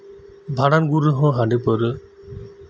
ᱵᱷᱟᱸᱰᱟᱱ ᱜᱩᱨ ᱨᱮᱦᱚᱸ ᱦᱟᱺᱰᱤ ᱯᱟᱹᱣᱨᱟᱹ